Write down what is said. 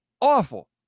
Awful